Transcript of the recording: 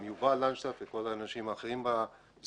גם את יובל לנדשפט ואת כל האנשים האחרים מסביב